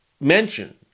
mention